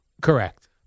Correct